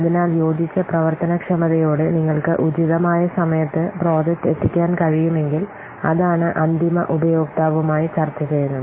അതിനാൽ യോജിച്ച പ്രവർത്തനക്ഷമതയോടെ നിങ്ങൾക്ക് ഉചിതമായ സമയത്ത് പ്രോജക്റ്റ് എത്തിക്കാൻ കഴിയുമെങ്കിൽ അതാണ് അന്തിമ ഉപയോക്താവുമായി ചർച്ച ചെയ്യുന്നത്